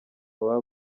baba